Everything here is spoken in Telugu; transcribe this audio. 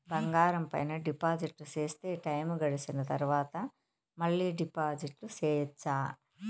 బంగారం పైన డిపాజిట్లు సేస్తే, టైము గడిసిన తరవాత, మళ్ళీ డిపాజిట్లు సెయొచ్చా?